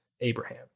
Abraham